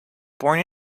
born